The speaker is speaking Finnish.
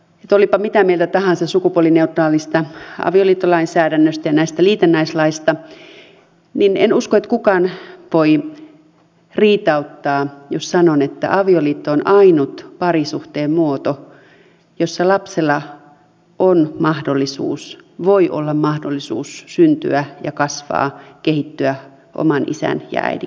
olipa mitä mieltä tahansa sukupuolineutraalista avioliittolainsäädännöstä ja näistä liitännäislaeista niin en usko että kukaan voi riitauttaa jos sanon että avioliitto on ainut parisuhteen muoto jossa lapsella voi olla mahdollisuus syntyä kasvaa ja kehittyä oman isän ja äidin kanssa